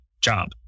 job